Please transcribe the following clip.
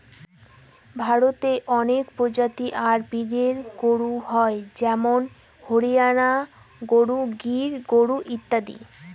ভারতে অনেক প্রজাতি আর ব্রিডের গরু হয় যেমন হরিয়ানা গরু, গির গরু ইত্যাদি